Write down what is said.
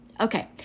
Okay